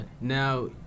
now